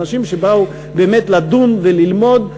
אנשים שבאו באמת לדון וללמוד.